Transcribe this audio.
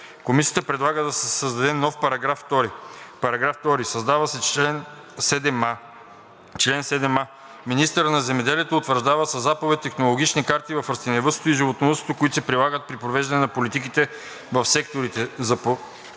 Комисията предлага да се създаде нов § 2: „§ 2. Създава се нов чл. 7а: „Чл. 7а. Министърът на земеделието утвърждава със заповед технологични карти в растениевъдството и животновъдството, които се прилагат при провеждане на политиките в секторите.